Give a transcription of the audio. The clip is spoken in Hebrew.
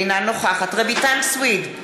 אינה נוכחת רויטל סויד,